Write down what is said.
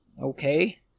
Okay